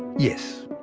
yes.